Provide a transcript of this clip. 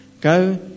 Go